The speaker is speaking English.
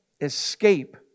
escape